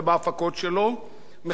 מחכות לדעת מה יקרה פה,